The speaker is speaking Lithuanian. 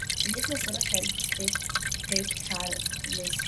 jis nesiruošia elgtis taip kaip čarlis